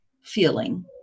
feeling